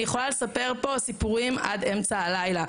אני יכולה לספר פה סיפורים עד אמצע הלילה,